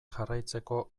jarraitzeko